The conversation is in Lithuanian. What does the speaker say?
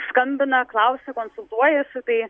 skambina klausia konsultuojasi tai